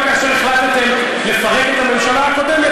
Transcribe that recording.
גם כאשר החלטתכם לפרק את הממשלה הקודמת,